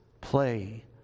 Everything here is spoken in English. play